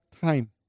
time